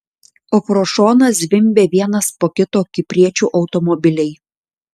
o pro šoną zvimbia vienas po kito kipriečių automobiliai